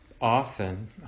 often